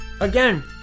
Again